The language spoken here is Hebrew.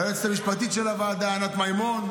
ליועצת המשפטית של הוועדה ענת מימון,